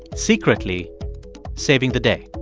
secretly saving the day.